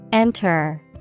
Enter